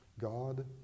God